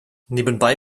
nebenbei